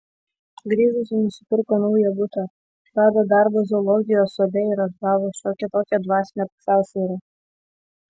grįžusi nusipirko naują butą rado darbą zoologijos sode ir atgavo šiokią tokią dvasinę pusiausvyrą